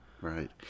Right